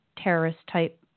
terrorist-type